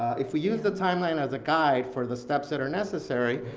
if we use the timeline as a guide for the steps that are necessary,